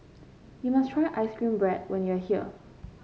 you must try ice cream bread when you are here